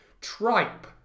tripe